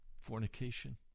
fornication